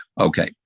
Okay